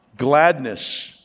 Gladness